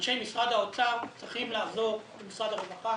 אנשי משרד האוצר צריכים לעזור למשרד הרווחה